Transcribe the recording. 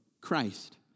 Christ